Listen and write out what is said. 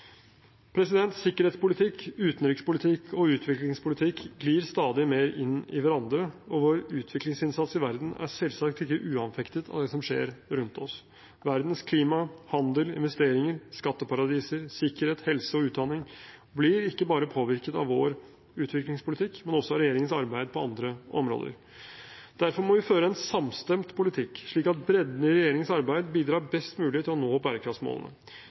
Sikkerhetspolitikk, utenrikspolitikk og utviklingspolitikk glir stadig mer inn i hverandre, og vår utviklingsinnsats i verden er selvsagt ikke uanfektet av det som skjer rundt oss. Verdens klima, handel, investeringer, skatteparadiser, sikkerhet, helse og utdanning blir ikke bare påvirket av vår utviklingspolitikk, men også av regjeringens arbeid på andre områder. Derfor må vi føre en samstemt politikk, slik at bredden i regjeringens arbeid bidrar best mulig til å nå bærekraftsmålene.